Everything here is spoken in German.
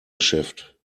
geschäft